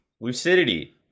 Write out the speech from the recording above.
Lucidity